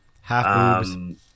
Half-boobs